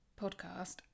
podcast